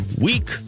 week